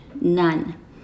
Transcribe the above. none